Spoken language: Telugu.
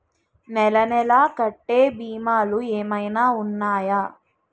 నెల నెల కట్టే భీమాలు ఏమైనా ఉన్నాయా?